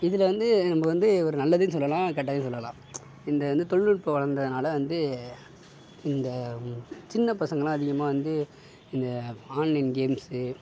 இதில் வந்து நம்ப வந்து ஒரு நல்லதும் சொல்லலாம் கெட்டதும் சொல்லலாம் இந்த வந்து தொழில் நுட்பம் வளர்ந்ததுனால வந்து இந்த சின்ன பசங்களாம் அதிகமாக வந்து இந்த ஆன்லைன் கேம்ஸ்ஸு